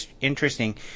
interesting